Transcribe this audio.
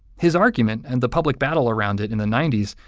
his argument, and the public battle around it in the ninety s,